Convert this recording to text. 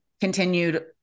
continued